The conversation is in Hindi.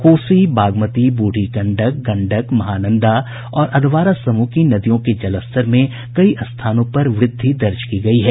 कोसी बागमती बूढ़ी गंडक गंडक महानंदा और अधवारा समूह की नदियों के जलस्तर में कई स्थानों पर वृद्धि दर्ज की गयी है